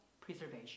preservation